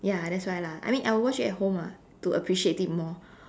ya that's why lah I mean I will watch it at home ah to appreciate it more